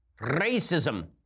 Racism